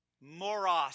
Moros